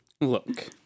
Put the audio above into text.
Look